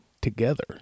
together